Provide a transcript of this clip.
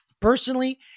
Personally